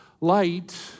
light